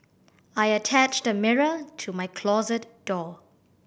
I attached a mirror to my closet door